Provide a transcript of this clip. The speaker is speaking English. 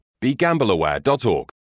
BeGambleAware.org